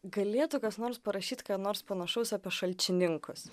galėtų kas nors parašyt ką nors panašaus apie šalčininkus